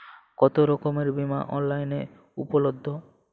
কতোরকমের বিমা অনলাইনে উপলব্ধ?